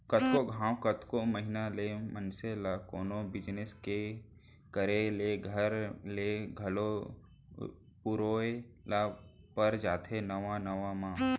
कतको घांव, कतको महिना ले मनसे ल कोनो बिजनेस के करे ले घर ले घलौ पुरोय ल पर जाथे नवा नवा म